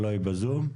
אולי בזום?